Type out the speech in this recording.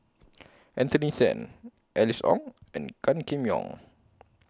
Anthony Then Alice Ong and Gan Kim Yong